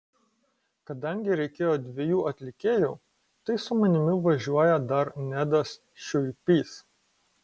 kadangi reikėjo dviejų atlikėjų tai su manimi važiuoja dar nedas šiuipys